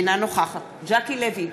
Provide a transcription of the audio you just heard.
אינה נוכחת ז'קי לוי,